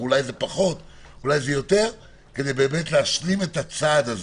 כדי באמת להשלים את הצעד הזה.